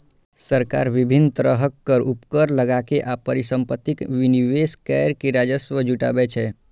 सरकार विभिन्न तरहक कर, उपकर लगाके आ परिसंपत्तिक विनिवेश कैर के राजस्व जुटाबै छै